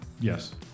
Yes